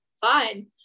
Fine